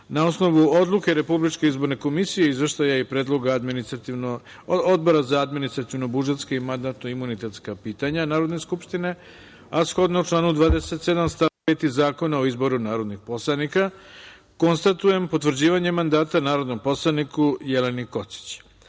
osnovu odluke RIK, izveštaja i predloga Odbora za administrativno-budžetska i mandatno-imunitetska pitanja Narodne skupštine, a shodno članu 27. stav 5. Zakona o izboru narodnih poslanika, konstatujem potvrđivanje mandata narodnom poslaniku Jeleni